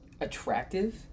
Attractive